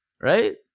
right